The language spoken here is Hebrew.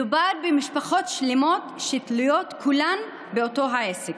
מדובר במשפחות שלמות שתלויות כולן באותו העסק.